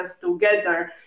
together